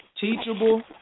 teachable